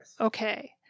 Okay